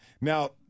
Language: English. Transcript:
Now